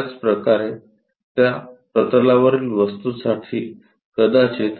त्याचप्रकारे त्या प्रतलावरील वस्तूसाठी कदाचित